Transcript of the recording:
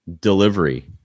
delivery